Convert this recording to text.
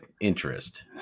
interest